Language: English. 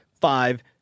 five